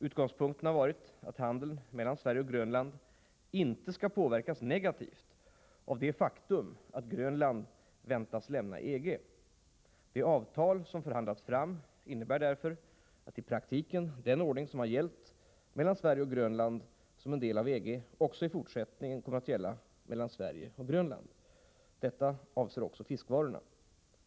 Utgångspunkten har varit att handeln mellan Sverige och Grönland inte skall påverkas negativt av det faktum att Grönland väntas lämna EG. Det avtal som förhandlats fram innebär därför att i praktiken den ordning som gällt mellan Sverige och Grönland som en del av EG också i fortsättningen kommer att gälla mellan Sverige och Grönland. Detta avser också fiskvarorna.